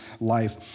life